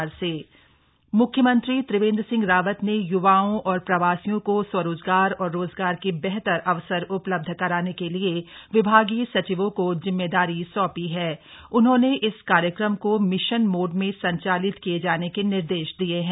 जिम्मेदारी सौंपी म्ख्यमंत्री त्रिवेन्द्र सिंह रावत ने य्वाओं और प्रवासियों को स्वरोजगार और रोजगार के बेहतर अवसर उपलब्ध कराने के लिये विभागीय सचिवों को जिम्मेदारी सौंपी हण उन्होंने इस कार्यक्रम को मिशन मोड में संचालित किये जाने के निर्देश दिये हैं